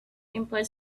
employed